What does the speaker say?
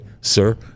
sir